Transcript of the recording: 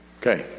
okay